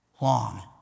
long